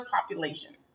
population